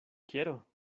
quiero